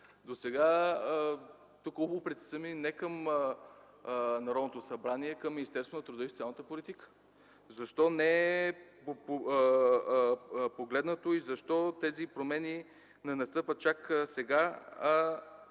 Тук упреците ми са не към Народното събрание, а към Министерството на труда и социалната политика. Защо не е погледнато и защо тези промени настъпват чак сега,